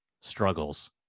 struggles